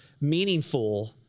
meaningful